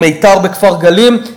"מיתר" בכפר-גלים,